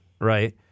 Right